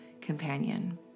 companion